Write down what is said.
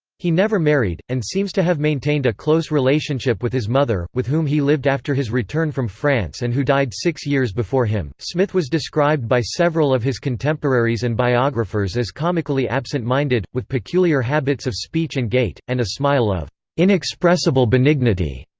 he never married, and seems to have maintained a close relationship with his mother, with whom he lived after his return from france and who died six years before him smith was described by several of his contemporaries and biographers as comically absent-minded, absent-minded, with peculiar habits of speech and gait, and a smile of inexpressible benignity.